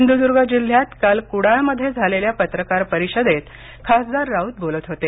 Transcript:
सिंधुद्र्ग जिल्ह्यात काल कुडाळ मध्ये झालेल्या पत्रकार परिषदेत खासदार राऊत बोलत होते